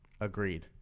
agreed